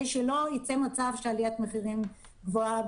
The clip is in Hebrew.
שלא ייווצר מצב של עליית מחירים גבוהה.